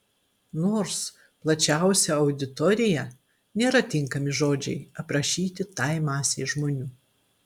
nors plačiausia auditorija nėra tinkami žodžiai aprašyti tai masei žmonių